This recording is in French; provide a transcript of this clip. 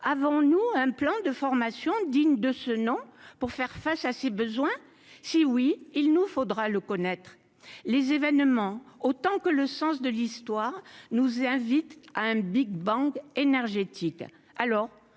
avons-nous un plan de formation digne de ce nom pour faire face à ses besoins, si oui, il nous faudra le connaître les événements autant que le sens de l'histoire nous invite à un Big bang énergétique